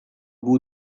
bout